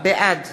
בעד